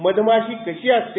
मधमाशी कशी असते